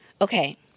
Okay